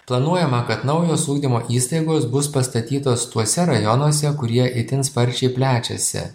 planuojama kad naujos ugdymo įstaigos bus pastatytos tuose rajonuose kurie itin sparčiai plečiasi